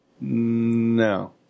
No